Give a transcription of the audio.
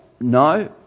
No